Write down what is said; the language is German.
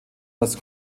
das